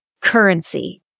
currency